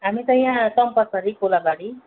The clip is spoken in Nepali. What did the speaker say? हामी त यहाँ चम्पासरी कोलाबारी